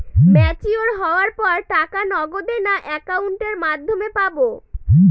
Mature হওয়ার পর টাকা নগদে না অ্যাকাউন্টের মাধ্যমে পাবো?